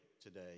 today